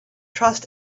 trust